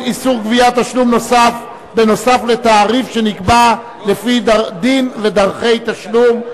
איסור גביית תשלום נוסף בנוסף לתעריף שנקבע לפי דין ודרכי תשלום).